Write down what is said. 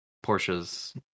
Porsche's